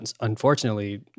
unfortunately